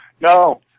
no